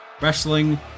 Wrestling